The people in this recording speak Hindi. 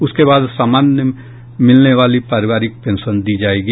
उसके बाद सामान्य मिलने वाली पारिवारिक पेंशन दी जाएगी